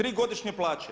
3 godišnje plaće.